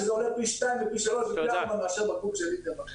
שזה עולה פי שניים ופי שלושה מאשר בקבוק של ליטר וחצי.